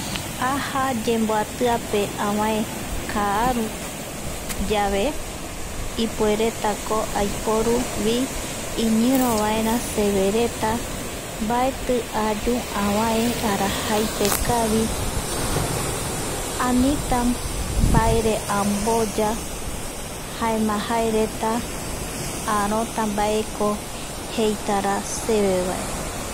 Aja yemboatiape avae kaaruyave ipueretako aiporuvi iñirovaera severeta mbaeti ayu avae arajaipekavi anita mbaere amboya jaema jaereta aarota mbaeko jeitara sve vae